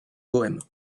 bohême